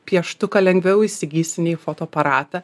pieštuką lengviau įsigysi nei fotoaparatą